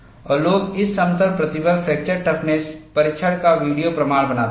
और लोग इस समतल प्रतिबल फ्रैक्चर टफनेस परीक्षण का वीडियो प्रमाण बनाते हैं